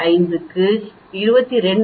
25 க்கு 22